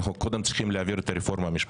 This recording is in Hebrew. אנחנו קודם צריכים להעביר את הרפורמה המשפטית.